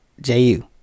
j-u